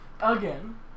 Again